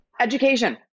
Education